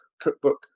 cookbook